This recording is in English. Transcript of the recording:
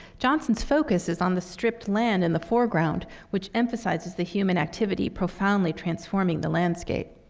johnson's focus is on the stripped land in the foreground, which emphasizes the human activity profoundly transforming the landscape.